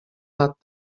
nad